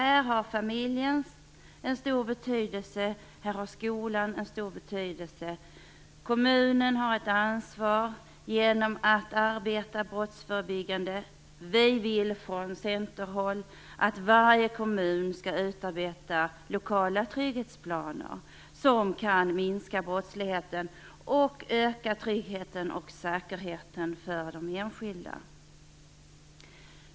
Här har familjen och skolan en stor betydelse. Kommunen har ett ansvar att arbeta brottsförebyggande. Vi vill från centerhåll att varje kommun skall utarbeta lokala trygghetsplaner som kan minska brottsligheten och öka tryggheten och säkerheten för de enskilda.